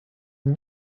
une